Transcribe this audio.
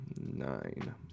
nine